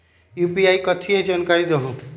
UPI कथी है? जानकारी दहु